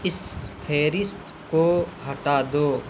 اس فہرست کو ہٹا دو